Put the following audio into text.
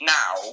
now